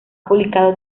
publicado